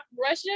russia